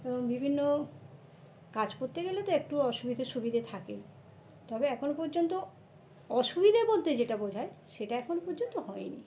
এবং বিভিন্ন কাজ করতে গেলে তো একটু অসুবিধে সুবিধে থাকেই তবে এখনও পর্যন্ত অসুবিধে বলতে যেটা বোঝায় সেটা এখন পর্যন্ত হয় নি